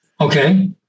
Okay